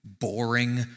boring